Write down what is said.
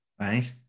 Right